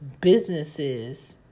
businesses